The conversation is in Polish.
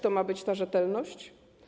To ma być ta rzetelność?